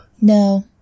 No